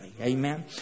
Amen